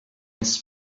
his